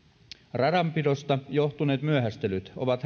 radanpidosta johtuneet myöhästelyt ovat